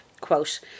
Quote